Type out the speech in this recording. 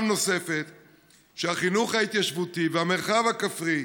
שהחינוך ההתיישבותי והמרחב הכפרי,